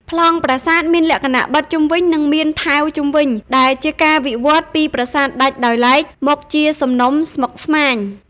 ប្លង់ប្រាសាទមានលក្ខណៈបិទជិត និងមានថែវជុំវិញ ដែលជាការវិវត្តពីប្រាសាទដាច់ដោយឡែកមកជាសំណុំស្មុគស្មាញ។